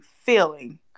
feeling